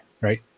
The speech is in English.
right